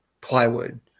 plywood